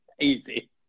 Easy